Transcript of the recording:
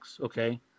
Okay